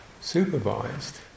supervised